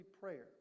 prayer